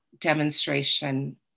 demonstration